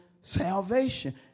salvation